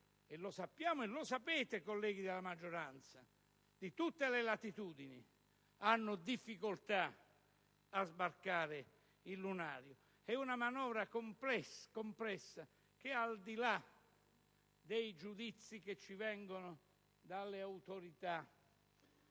- lo sappiamo e lo sapete, colleghi della maggioranza - che hanno difficoltà a sbarcare il lunario. È una manovra complessa, al di là dei giudizi che ci vengono dalle autorità